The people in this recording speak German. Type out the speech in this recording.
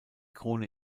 krone